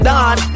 Don